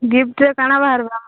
ଗିଫ୍ଟରେ କ'ଣ ବାହାରିବ